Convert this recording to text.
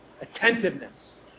attentiveness